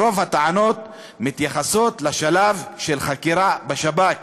כי רוב הטענות מתייחסות לשלב של החקירה בשב"כ.